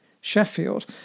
Sheffield